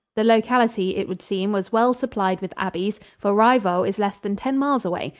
the locality, it would seem, was well supplied with abbeys, for rievaulx is less than ten miles away,